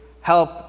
help